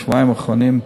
בשבועיים האחרונים,